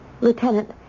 Lieutenant